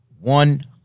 one